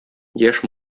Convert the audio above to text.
яшь